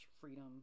freedom